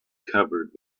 covered